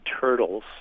turtles